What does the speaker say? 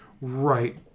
Right